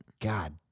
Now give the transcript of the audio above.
God